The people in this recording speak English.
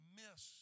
miss